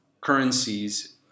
currencies